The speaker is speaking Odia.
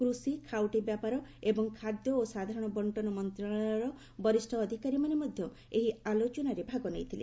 କୃଷି ଖାଉଟୀ ବ୍ୟାପାର ଏବଂ ଖାଦ୍ୟ ଓ ସାଧାରଣ ବଣ୍ଟନ ମନ୍ତ୍ରଣାଳୟର ବରିଷ ଅଧିକାରୀମାନେ ମଧ୍ୟ ଏହି ଆଲୋଚନାରେ ଭାଗ ନେଇଥିଲେ